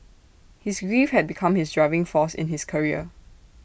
his grief had become his driving force in his career